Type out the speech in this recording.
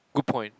good point